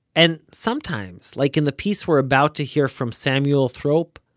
and sometimes, like in the piece we're about to hear from samuel thrope,